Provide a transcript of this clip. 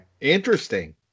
Interesting